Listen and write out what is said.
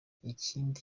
ikindi